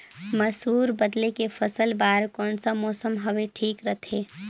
मसुर बदले के फसल बार कोन सा मौसम हवे ठीक रथे?